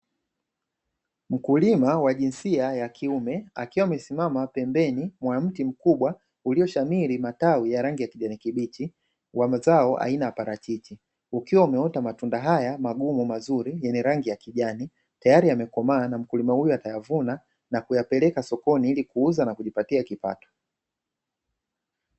Mkulima wa jinsia ya kiume akiwa amesimama pembeni mwa mti mkubwa ulioshamiri matawi ya rangi ya kijani kibichi wa mazao aina ya parachichi. Ukiwa umeota matunda haya magumu mazuri yenye rangi ya kijani, tayari yamekomaa na mkulima huyu atayavuna na kuyapeleka sokoni ili kuuza na kujipatia kipato.